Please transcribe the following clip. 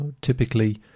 Typically